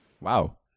Wow